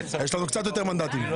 יש לנו קצת יותר מנדטים.